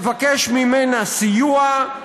ולבקש ממנה סיוע.